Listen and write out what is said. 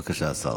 בבקשה, השר.